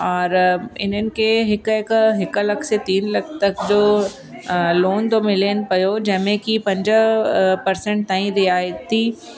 और इन्हनि खे हिकु हिकु हिकु लख से तीन लख तक जो लोन थो मिलनि पियो जंहिं में कि पंज परसंट ताईं ॾियारे थी